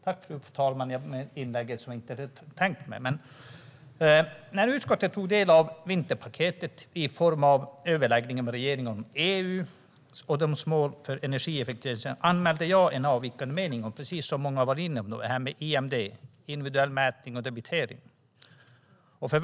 Det här var ett inlägg som jag inte hade planerat, fru talman. När utskottet tog del av vinterpaketet i form av överläggningen med regeringen om EU och dess mål för energieffektivisering anmälde jag en avvikande mening om IMD, individuell mätning och debitering, som många har varit inne på.